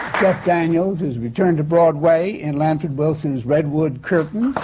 daniels has returned to broadway in lanford wilson's redwood curtain.